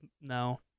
No